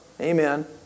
Amen